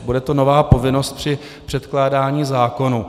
Bude to nová povinnost při předkládání zákonů.